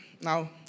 now